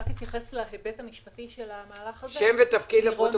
אני רק אתייחס להיבט המשפטי של המהלך הזה בקצרה